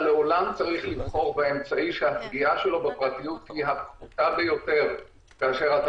לעולם צריך לבחור באמצעי שהפגיעה שלו בפרטיות היא הפחותה ביותר כאשר בא